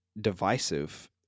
divisive